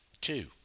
two